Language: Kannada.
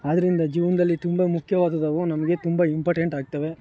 ಆದ್ದರಿಂದ ಜೀವನದಲ್ಲಿ ತುಂಬ ಮುಖ್ಯವಾದವು ನಮಗೆ ತುಂಬ ಇಂಪಾರ್ಟೆಂಟ್ ಆಗ್ತವೆ